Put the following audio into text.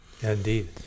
Indeed